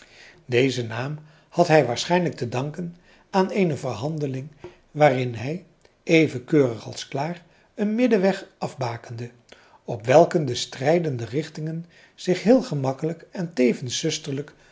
dezen naam had hij waarschijnlijk te danken aan eene verhandeling waarin hij even keurig als klaar een middelweg afbakende op welken de strijdende richtingen zich heel gemakkelijk en tevens